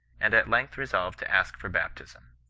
and at length resolved to ask for baptism.